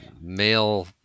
male